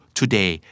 today